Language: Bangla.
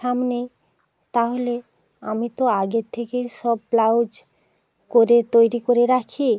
সামনে তাহলে আমি তো আগের থেকেই সব ব্লাউজ করে তৈরি করে রাখি